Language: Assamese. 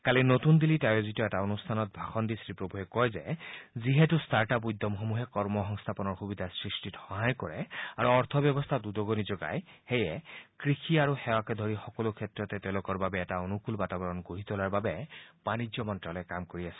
কালি নতুন দিল্লীত আয়োজিত এটা অনুষ্ঠানত ভাষণ দি শ্ৰীপ্ৰভুৱে কয় যে যিহেতূ ষ্টাৰ্টআপ উদ্যমসমূহে কৰ্ম সংস্থাপনৰ সুবিধা সৃষ্টিত সহায় কৰে আৰু অৰ্থ ব্যৱস্থাত উদগণি যোগায় সেয়েহে কৃষি আৰু সেৱাকে ধৰি সকলো ক্ষেত্ৰতে তেওঁলোকৰ বাবে এটা অনুকূল বাতাবৰণ গঢ়ি তোলাৰ বাবে বাণিজ্য মন্ত্যালয়ে কাম কৰি আছে